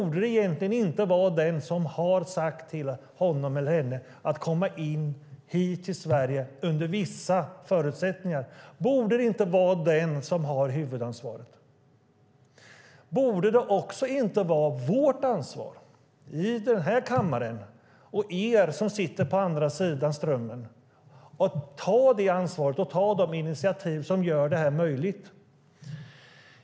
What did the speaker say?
Borde det egentligen inte vara den som har sagt till honom eller henne att komma hit till Sverige under vissa förutsättningar som har huvudansvaret? Borde det också inte vara vårt ansvar, i den här kammaren, och ert, ni som sitter på andra sidan Strömmen, att ta det ansvaret och ta de initiativ som gör det här möjligt?